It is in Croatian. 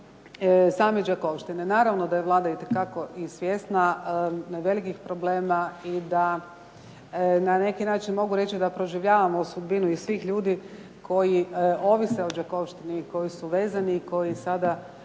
same Đakovštine. Naravno da je Vlada itekako i svjesna velikih problema i da na neki način mogu reći da proživljavamo sudbinu svih ljudi koji ovise o Đakovštini i koji su vezani i koji sada